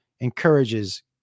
encourages